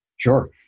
Sure